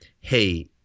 hey